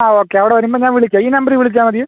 ആ ഓക്കെ അവിടെ വരുമ്പം ഞാൻ വിളിക്കാം ഈ നമ്പറി വിളിച്ചാൽ മതി